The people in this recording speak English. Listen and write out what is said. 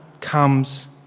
comes